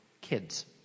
kids